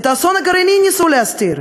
את האסון הגרעיני ניסו להסתיר,